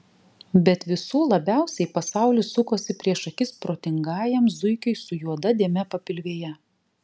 bet visų labiausiai pasaulis sukosi prieš akis protingajam zuikiui su juoda dėme papilvėje